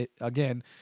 again